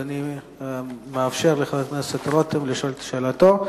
אני מאפשר לחבר הכנסת רותם לשאול את שאלתו.